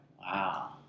Wow